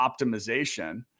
optimization